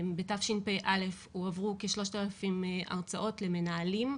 בתשפ"א הועברו כ-3,000 הרצאות למנהלים,